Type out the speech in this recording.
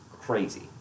crazy